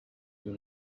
you